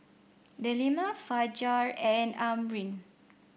Delima Fajar and Amrin